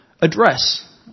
address